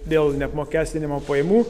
dėl neapmokestinamo pajamų